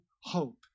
hope